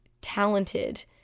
talented